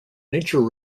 nature